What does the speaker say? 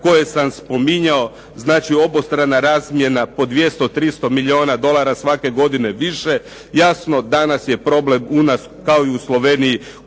koje sam spominjao. Znači obostrana razmjena po 200, 300 milijuna dolara svake godine više. Jasno danas je problem u nas kao i u Sloveniji